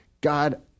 God